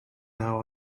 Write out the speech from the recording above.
now